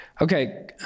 Okay